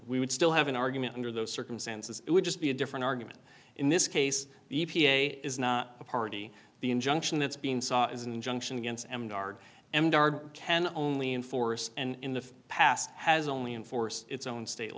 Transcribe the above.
we would still have an argument under those circumstances it would just be a different argument in this case the e p a is not a party the injunction that's being sought is an injunction against them guard and can only enforce and in the past has only enforce its own state